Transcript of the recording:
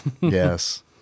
yes